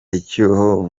icyuho